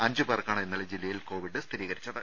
അഞ്ചു പേർക്കാണ് ഇന്നലെ ജില്ലയിൽ കോവിഡ് സ്ഥിരീകരിച്ചത്